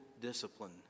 discipline